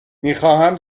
میخواهم